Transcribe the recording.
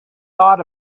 thought